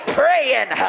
praying